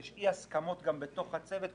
יש אי הסכמות בתוך הצוות,